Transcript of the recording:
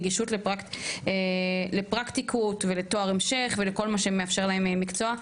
נגישות לפרקטיקות תואר המשך ולכל מה שמאפשר להם המקצוע,